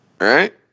Right